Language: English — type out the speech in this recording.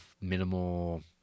minimal